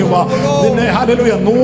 Hallelujah